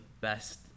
best